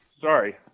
Sorry